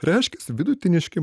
reiškias vidutiniški